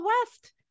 west